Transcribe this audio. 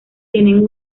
tienen